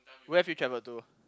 where have you travelled to